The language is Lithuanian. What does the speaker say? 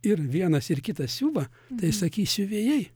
ir vienas ir kitas siuva tai sakys siuvėjai